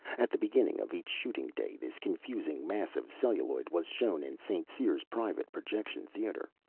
at the beginning of each shooting day, this confusing mass of celluloid was shown in st. cyr's private projection theater,